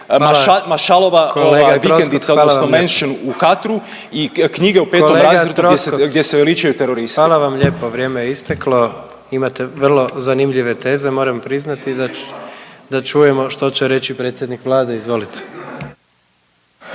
Maršalova vikendica odnosno Mensah u Katru i knjige u petom razredu … **Jandroković, Gordan (HDZ)** Kolega Troskot, hvala vam lijepo. Vrijeme je isteklo. Imate vrlo zanimljive teze moram priznati. Da čujemo što će reći predsjednik Vlade, izvolite.